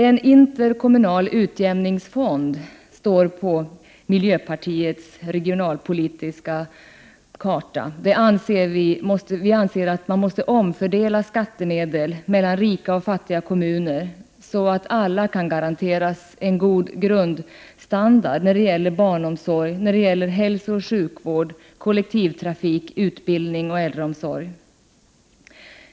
En interkommunal utjämningsfond står på miljöpartiets regionalpolitiska karta. Vi anser att man måste omfördela skattemedel mellan rika och fattiga kommuner, så att alla kan garanteras en god grundstandard när det gäller barnomsorg, hälsooch sjukvård, kollektivtrafik, utbildning och äldreomsorg.